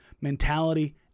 Mentality